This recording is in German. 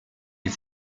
die